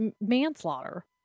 manslaughter